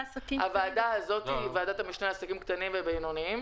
הוועדה הזאת היא ועדת המשנה לעסקים קטנים ובינוניים.